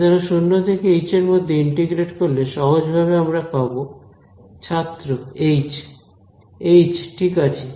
সুতরাং শূন্য থেকে এইচ এর মধ্যে ইন্টিগ্রেট করলে সহজ ভাবে আমরা পাব ছাত্র এইচ এইচ ঠিক আছে